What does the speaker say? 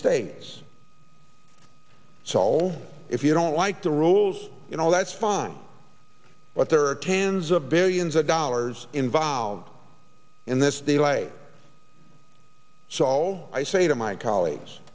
states solve if you don't like the rules you know that's fine but there are tens of billions of dollars involved in this de lay so all i say to my colleagues